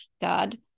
God